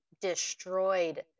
destroyed